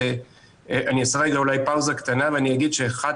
אני אעשה אולי פאוזה קטנה ואגיד שאחת